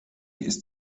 ist